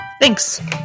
Thanks